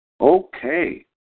Okay